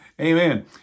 Amen